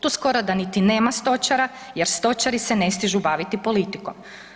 Tu skoro da niti nema stočara jer stočari se ne stižu baviti politikom.